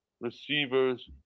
receivers